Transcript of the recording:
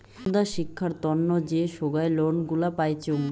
বুন্দা শিক্ষার তন্ন যে সোগায় লোন গুলা পাইচুঙ